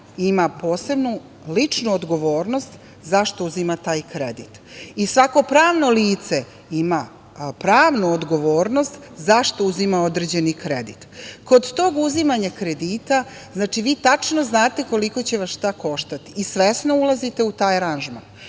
ima posebnu i ličnu odgovornost zašto uzima taj kredit i svako pravno lice ima pravnu odgovornost zašto uzima određeni kredit. Kod tog uzimanja kredita, znači vi tačno znate koliko će vas šta koštati i svesno ulazite u taj aranžman,